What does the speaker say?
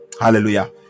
Hallelujah